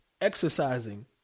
exercising